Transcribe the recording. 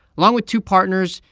along with two partners,